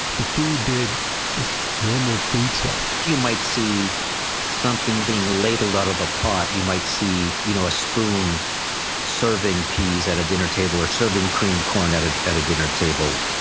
the food did just normal foodstuff you might see something being ladled out of a pot. you might see you know a spoon serving peas at a dinner table or serving creamed corn at at a dinner table.